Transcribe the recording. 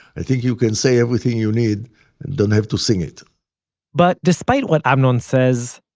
i think you can say everything you need, and don't have to sing it but despite what amnon says,